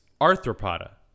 arthropoda